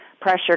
pressure